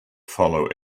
follow